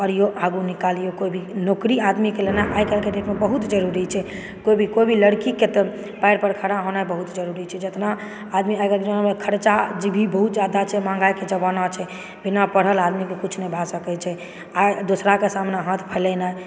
पढ़िऔ आगू निकालिऔ कोई भी नौकरी आदमीके लेनाइ आइकाल्हिके डेटमे बहुत जरूरी छै कोई भी कोभी लड़कीकेँ तऽ पैर पर खड़ा होना बहुत जरूरी छै जितना आदमी आइकाल्हिके जमानामे खर्चा जे भी बहुत जादा छै महंगाइके जमाना छै बिना पढ़ल आदमीके किछु नहि भए सकैत छै आइ दूसराके सामने हाथ फैलैनाइ